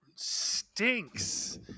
stinks